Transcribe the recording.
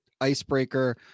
icebreaker